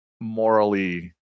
morally